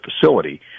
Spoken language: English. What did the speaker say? facility